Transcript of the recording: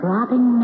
Robin